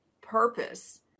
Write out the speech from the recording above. purpose